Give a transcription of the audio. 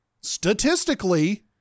Statistically